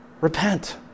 Repent